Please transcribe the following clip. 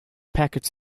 packets